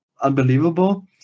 unbelievable